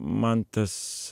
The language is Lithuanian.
man tas